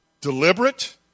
Deliberate